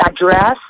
address